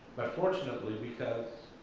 but fortunately because